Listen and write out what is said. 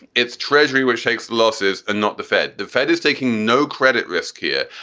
it's treasury which takes losses and not the fed. the fed is taking no credit risk here,